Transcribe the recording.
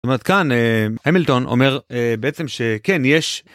זאת אומרת כאן המילטון אומר בעצם שכן, יש